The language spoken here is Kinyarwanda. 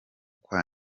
kwa